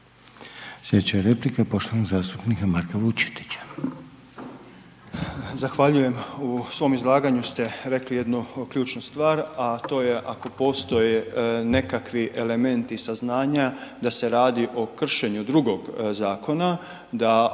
Slijedeća je replika poštovanog zastupnika Marka Vučetića.